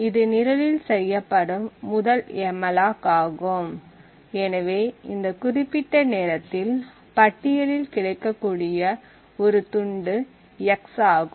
இது நிரலில் செய்யப்படும் முதல் எம்மலாக் ஆகும் எனவே இந்த குறிப்பிட்ட நேரத்தில் பட்டியலில் கிடைக்கக்கூடிய ஒரு துண்டு x ஆகும்